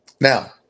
Now